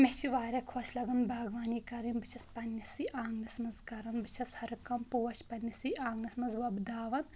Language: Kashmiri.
مےٚ چھِ واریاہ خۄش لَگان باغوانی کَرٕنۍ بہٕ چھَس پنٕنِسٕے آنٛگنَس منٛز کَران بہٕ چھَس ہَرٕ کانٛہہ پوش پنٕنِسٕے آنٛگنَس منٛز وۄپداوان